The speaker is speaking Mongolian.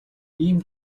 ийм